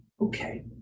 okay